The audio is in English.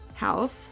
Health